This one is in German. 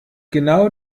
genau